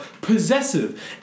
possessive